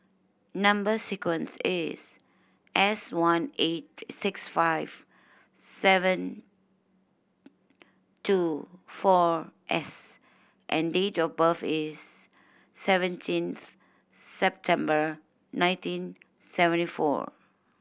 number sequence is S one eight six five seven two four S and date of birth is seventeenth September nineteen seventy four